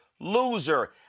loser